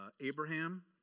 Abraham